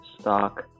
Stock